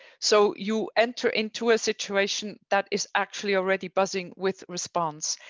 so you enter into a situation that is actually already buzzing with response.